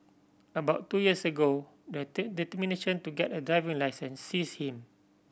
about two years ago the determination to get a driving licence seized him